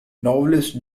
novelist